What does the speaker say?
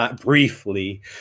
briefly